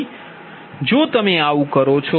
તેથી તમે આવું કરો